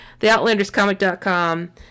Theoutlanderscomic.com